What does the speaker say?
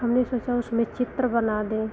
हमने सोचा उसमें चित्र बना दें